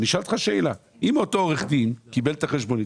אם אותו עורך דין קיבל את החשבונית